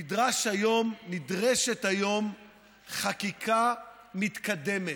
נדרשת היום חקיקה מתקדמת.